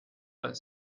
but